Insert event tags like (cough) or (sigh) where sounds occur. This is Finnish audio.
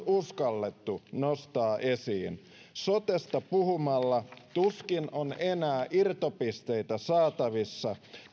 (unintelligible) uskallettu nostaa esiin sotesta puhumalla tuskin on enää irtopisteitä saatavissa